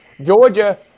Georgia